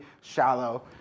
shallow